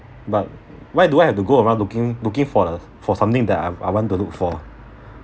but why do I have to go around looking looking for uh for something that I've I want to look for